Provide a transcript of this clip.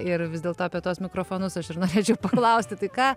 ir vis dėlto apie tuos mikrofonus aš ir norėčiau paklausti tai ką